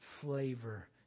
flavor